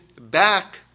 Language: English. back